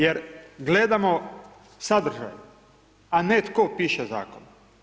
Jer gledamo sadržaj a ne tko piše zakon.